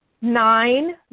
nine